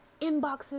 inboxes